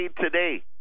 Today